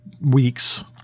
weeks